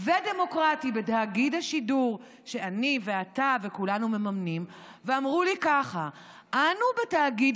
ודמוקרטי בתאגיד השידור שאני ואתה וכולנו מממנים ואמרו לנו ככה: אנו בתאגיד